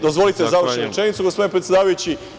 Dozvolite da završim rečenicu, gospodine predsedavajući.